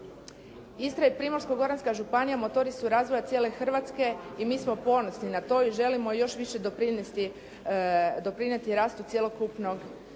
Istra i Primorsko-goranska županija motori su razvoja cijele Hrvatske i mi smo ponosni na to i želimo još više doprinijeti rastu cjelokupnog